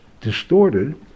distorted